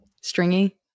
Stringy